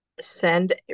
send